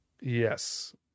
Yes